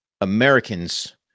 Americans